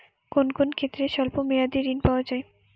কোন কোন ক্ষেত্রে স্বল্প মেয়াদি ঋণ পাওয়া যায়?